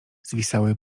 zwisały